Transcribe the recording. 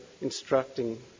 instructing